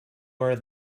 are